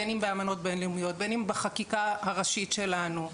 בין אם באמנות בין לאומיות ובין אם בחקיקה הראשית שלנו,